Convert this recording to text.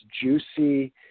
juicy